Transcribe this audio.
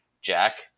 Jack